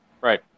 Right